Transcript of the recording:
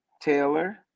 Taylor